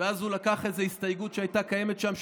ואז הוא לקח הסתייגות שהייתה קיימת שם,